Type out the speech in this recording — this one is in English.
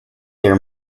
their